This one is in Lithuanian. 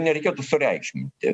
nereikėtų sureikšminti